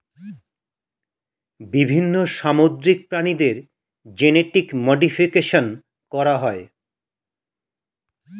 বিভিন্ন সামুদ্রিক প্রাণীদের জেনেটিক মডিফিকেশন করা হয়